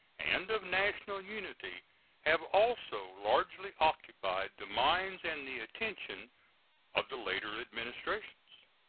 and of national unity have also largely occupied the minds and the attention of the later administrations.